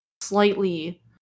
slightly